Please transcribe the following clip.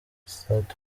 sat